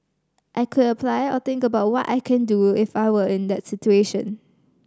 I could apply or think about what I can do if I were in that situation